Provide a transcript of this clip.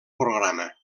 programa